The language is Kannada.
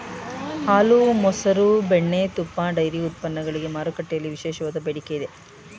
ಹಾಲು, ಮಸರು, ಬೆಣ್ಣೆ, ತುಪ್ಪ, ಡೈರಿ ಉತ್ಪನ್ನಗಳಿಗೆ ಮಾರುಕಟ್ಟೆಯಲ್ಲಿ ವಿಶೇಷವಾದ ಬೇಡಿಕೆ ಇದೆ